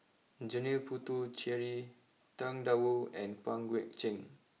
Janil Puthucheary Tang Da Wu and Pang Guek Cheng